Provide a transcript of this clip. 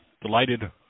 Delighted